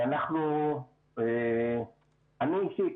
אני אישית